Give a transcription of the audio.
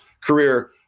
career